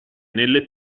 nelle